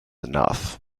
enough